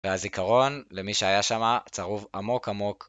והזיכרון למי שהיה שמה צרוב עמוק עמוק.